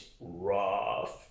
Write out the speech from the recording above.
rough